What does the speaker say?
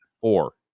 four